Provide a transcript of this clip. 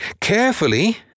carefully